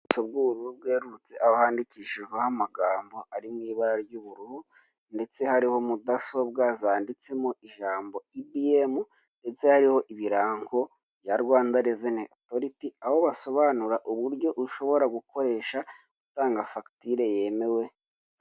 Ubuso bw'ubururu bweherurutse aho handikishijweho amagambo ari mu ibara ry'ubururu ndetse hariho mudasobwa zanditsemo ijambo ibiyemu ndetse hariho ibirango bya Rwanda reveni otoriti, aho basobanura uburyo ushobora gukoresha utanga fagitire yemewe.